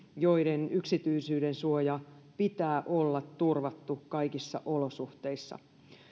joiden yksityisyydensuojan pitää olla turvattu kaikissa olosuhteissa